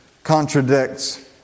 contradicts